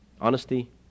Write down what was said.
Honesty